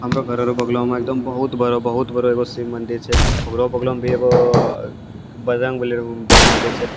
हमरो घरो रऽ बगलोमे एकदम बहुत बड़ो बहुत बड़ो एगो शिव मन्दिर छै ओकरो बगलोमे भी एगो बजरंगबलीके मन्दिर छै